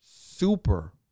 super